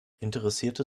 interessierte